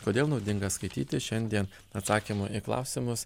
kodėl naudinga skaityti šiandien atsakymo į klausimus